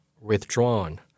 withdrawn